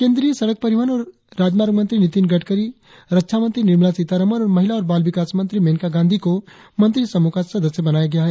केन्द्रीय सड़क परिवहन और राजमार्ग मंत्री नितिन गडकरी रक्षा मंत्री निर्मला सीतारामन और महिला और बाल विकास मंत्री मेनका गांधी को मंत्रिसमूह का सदस्य बनाया गया है